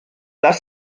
lass